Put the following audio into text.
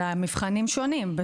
אלא מבחנים שונים.